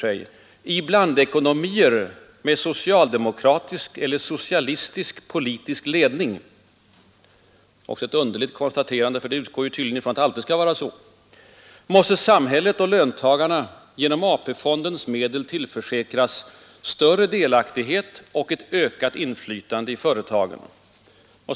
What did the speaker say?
I ”blandekonomier med socialdemokratisk eller socialistisk politisk ledning” — ett underligt konstaterande av LO; man utgår tydligen från att vi alltid skall ha en sådan ledning — måste samhället och löntagarna genom AP-fondens medel tillförsäkras ”större delaktighet och ett ökat inflytande i företagen”.